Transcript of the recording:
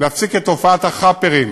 להפסיק את תופעת ה"חאפרים",